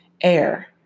air